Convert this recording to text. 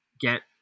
get